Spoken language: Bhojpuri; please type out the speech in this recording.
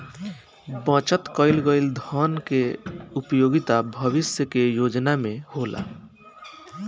बचत कईल गईल धन के उपयोगिता भविष्य के योजना में होला